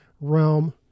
realm